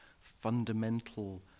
fundamental